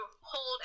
hold